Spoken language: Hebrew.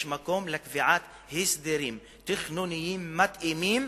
יש מקום לקביעת הסדרים תכנוניים מתאימים